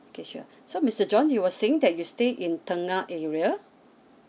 okay sure so mister john you were saying that you stay at tengah area